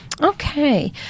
Okay